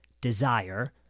Desire